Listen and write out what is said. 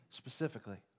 specifically